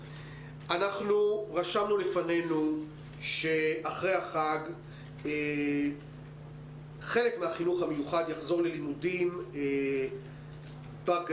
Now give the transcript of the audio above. רשמנו לפנינו שאחרי החג חלק מהחינוך המיוחד יחזור ללימודים בגנים,